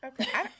Okay